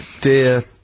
dear